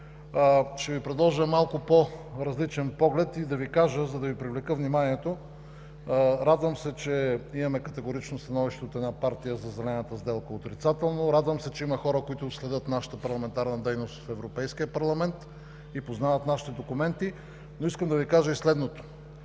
Ще Ви предложа малко по-различен поглед и да Ви кажа, за да Ви привлека вниманието – радвам се, че имаме категорично становище от една партия за Зелената сделка – отрицателно. Радвам се, че има хора, които следят нашата парламентарна дейност в Европейския парламент и познават нашите документи. Но искам да Ви кажа и следното: